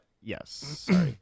yes